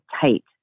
tight